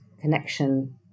connection